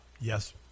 Yes